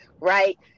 right